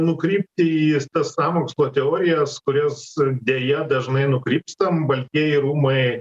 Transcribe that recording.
nukrypti į tas sąmokslo teorijas kurias deja dažnai nukrypstam baltieji rūmai